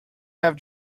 have